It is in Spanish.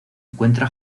encuentra